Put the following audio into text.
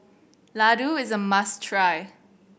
Ladoo is a must try